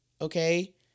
okay